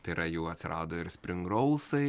tai yra jau atsirado ir springrolsai